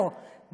חברת הכנסת ברקו,